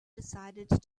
decided